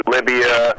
Libya